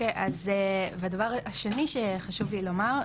והדבר השני שיש לי לומר,